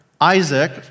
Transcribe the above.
Isaac